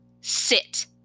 sit